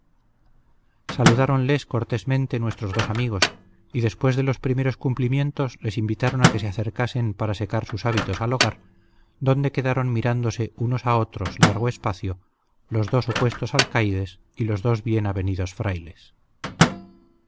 saludáronles cortésmente nuestros dos amigos y después de los primeros cumplimientos les invitaron a que se acercasen para secar sus hábitos al hogar donde quedaron mirándose unos a otros largo espacio los dos opuestos alcaides y los dos bien avenidos frailes